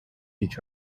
each